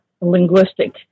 linguistic